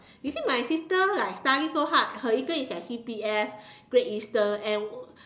you see my sister like study so hard her intern is at C_P_F great Eastern and